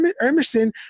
Emerson